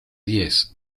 diez